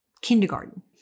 kindergarten